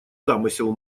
замысел